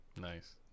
Nice